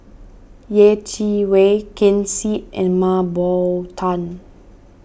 Yeh Chi Wei Ken Seet and Mah Bow Tan